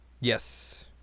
Yes